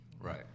Right